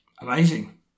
Amazing